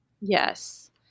Yes